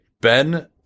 Ben